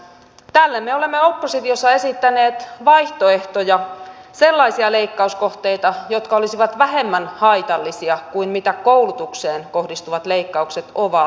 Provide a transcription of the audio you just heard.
tälle me olemme oppositiossa esittäneet vaihtoehtoja sellaisia leikkauskohteita jotka olisivat vähemmän haitallisia kuin mitä koulutukseen kohdistuvat leikkaukset ovat